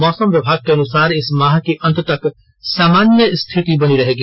मौसम विभाग के अनुसार इस माह के अंत तक सामान्य स्थिति बनी रहेगी